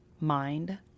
Mind